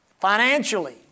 Financially